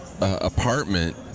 apartment